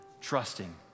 trusting